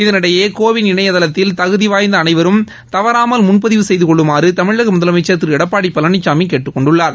இதனிடையே கோவின் இணையதளத்தில் தகுதி வாய்ந்த அனைவரும் தவறாமல் முன்பதிவு செய்து கொள்ளுமாறு தமிழக முதலமைச்சர் திரு எடப்பாடி பழனிசாமி கேட்டுக்கொண்டுள்ளார்